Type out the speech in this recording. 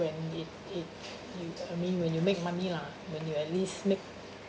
when it it you I mean when you make money lah when you at least make